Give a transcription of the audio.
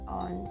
on